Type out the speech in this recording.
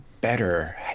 better